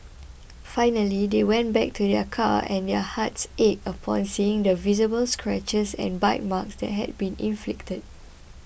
finally they went back to their car and their hearts ached upon seeing the visible scratches and bite marks that had been inflicted